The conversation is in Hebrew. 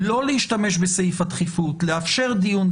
לא להשתמש בסעיף הדחיפות, לאפשר דיון.